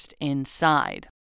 inside